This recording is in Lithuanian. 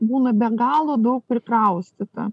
būna be galo daug prikraustyta